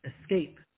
escape